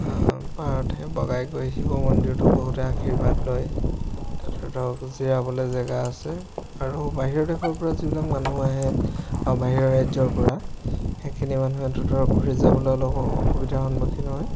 পাহাৰতে বগাই গৈ শিৱ মন্দিৰতো বহুতে আশীৰ্বাদ লয় তাতে ধৰক জিৰাবলৈ জেগা আছে আৰু বাহিৰৰ দেশৰ পৰা যিবিলাক মানুহ আহে অ বাহিৰৰ ৰাজ্যৰ পৰা সেইখিনি মানুহেতো ধৰক ঘুৰি যাবলৈ অলপ অসুবিধাৰ সন্মুখীন হয়